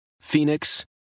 Phoenix